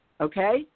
Okay